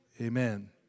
Amen